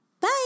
Bye